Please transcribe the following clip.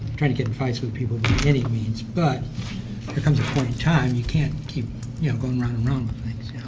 trying to get in fights with people by any means. but there comes time you can't keep you know going around and around with things,